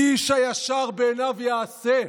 איש הישר בעיניו יעשה".